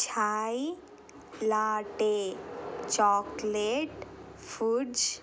Chaya latte chocolate foods